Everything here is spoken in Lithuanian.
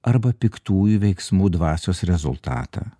arba piktųjų veiksmų dvasios rezultatą